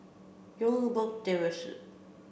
Youngberg Terrace